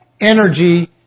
energy